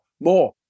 more